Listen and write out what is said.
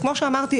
כמו שאמרתי,